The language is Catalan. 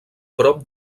prop